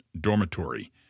dormitory